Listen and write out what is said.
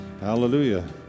Hallelujah